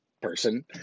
person